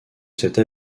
cette